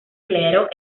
clero